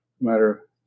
matter